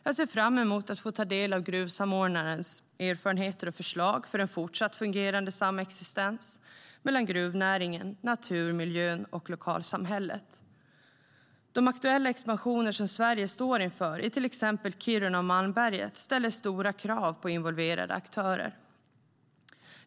Jag ser fram emot att få ta del av gruvsamordnarens erfarenheter och förslag för en fortsatt fungerande samexistens mellan gruvnäringen, naturmiljön och lokalsamhället. De aktuella expansioner som Sverige står inför i till exempel Kiruna och Malmberget ställer stora krav på involverade aktörer.